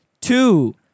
two